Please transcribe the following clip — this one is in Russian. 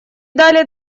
дали